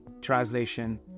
translation